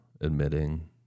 admitting